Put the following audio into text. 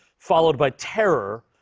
followed by terror,